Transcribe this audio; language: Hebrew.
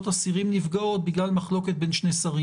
אסירים נפגעות בגלל מחלוקת בין שני שרים.